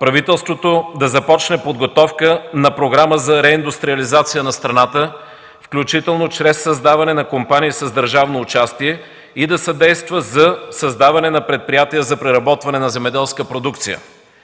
правителството да започне подготовка на Програма за реиндустриализация на страната, включително чрез създаване на компании с държавно участие и да съдейства за създаване на предприятия за преработване на земеделска продукция.